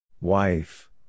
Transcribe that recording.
Wife